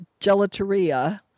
Gelateria